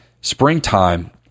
Springtime